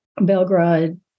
Belgrade